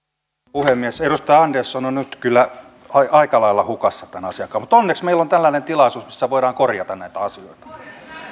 puhemies edustaja andersson on nyt kyllä aika lailla hukassa tämän asian kanssa mutta onneksi meillä on tällainen tilaisuus missä voidaan korjata näitä asioita